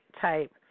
type